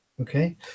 Okay